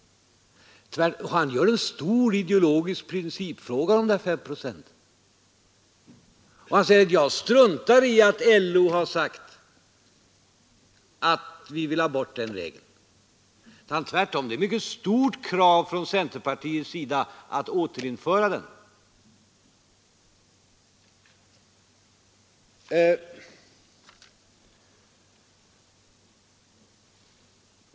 Han gör en stor ideologisk principfråga av de här fem procenten. Han struntar i att LO inte vill ha den regeln och säger tvärtom att det är ett mycket starkt krav från centerpartiet att återinföra den.